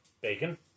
Bacon